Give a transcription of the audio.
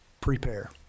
prepare